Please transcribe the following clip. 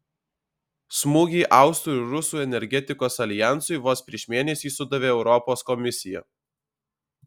smūgį austrų ir rusų energetikos aljansui vos prieš mėnesį sudavė europos komisija